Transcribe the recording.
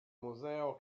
museo